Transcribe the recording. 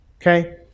Okay